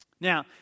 Now